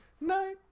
night